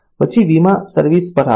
પછી વીમા સર્વિસ પર આવો